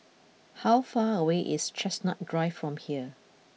how far away is Chestnut Drive from here